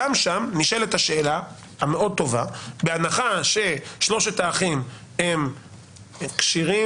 גם שם נשאלת שאלה: בהנחה ששלושת האחים הם כשירים,